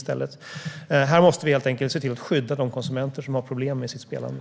Vi måste helt enkelt skydda de konsumenter som har problem med sitt spelande.